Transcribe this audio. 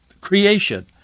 creation